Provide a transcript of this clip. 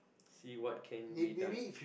see what can be done